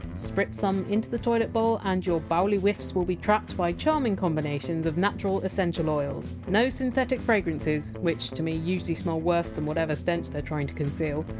spritz some into the toilet bowl and your bowelly whiffs will be trapped by charming combinations of natural essential oils no synthetic fragrances, which to me usually smell worse than whatever stench they! re trying to conceal.